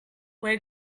where